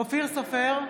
אופיר סופר,